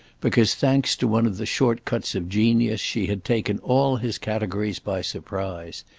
because, thanks to one of the short-cuts of genius she had taken all his categories by surprise.